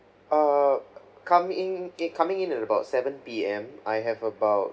err come in eh coming in at about seven P_M I have about